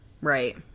Right